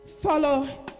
follow